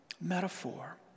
metaphor